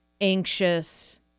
anxious